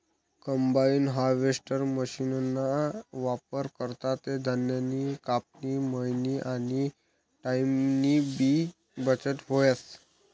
combine harvester मशीनना वापर करा ते धान्यनी कापनी, मयनी आनी टाईमनीबी बचत व्हस